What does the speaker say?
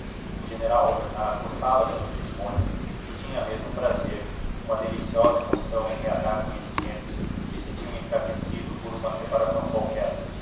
o general albernaz gostava dessas cerimônias e tinha mesmo um prazer uma deliciosa emoção em reatar conhecimentos que se tinham enfraquecido por uma separação qualquer